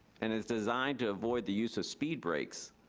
and it's designed to avoid the use of speed brakes.